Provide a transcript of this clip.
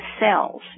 cells